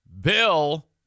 Bill